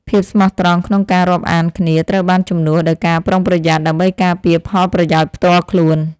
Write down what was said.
ភាពស្មោះត្រង់ក្នុងការរាប់អានគ្នាត្រូវបានជំនួសដោយការប្រុងប្រយ័ត្ន ដើម្បីការពារផលប្រយោជន៍ផ្ទាល់ខ្លួន។